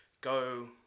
go